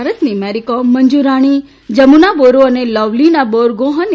ભારતની મેરીકોમ મંજુ રાણી જમુના બોરો અને લોવલીના બોરગોહેને